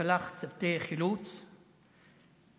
ששלח צוותי חילוץ מרחבי העולם.